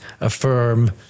affirm